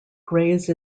graze